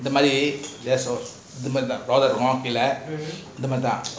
இந்த மாறி பாக்குறோம் இந்த மாறி தான்:intha maari paakurom intha maari thaan